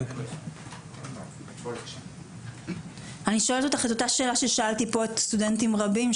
אני שואלת אותך את אותה שאלה ששאלתי פה סטודנטים רבים,